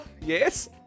Yes